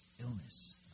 illness